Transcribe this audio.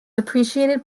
appreciated